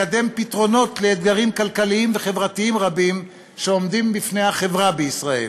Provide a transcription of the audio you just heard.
לקדם פתרונות לאתגרים כלכליים וחברתיים רבים שעומדים בפני החברה בישראל.